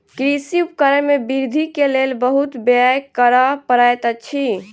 कृषि उपकरण में वृद्धि के लेल बहुत व्यय करअ पड़ैत अछि